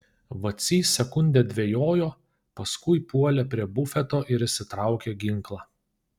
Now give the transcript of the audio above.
vacys sekundę dvejojo paskui puolė prie bufeto ir išsitraukė ginklą